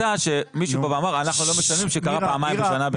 מישהו כאן אמר שאנחנו לא משלמים כשהיו בחירות פעמיים בשנה.